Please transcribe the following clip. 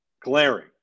glaring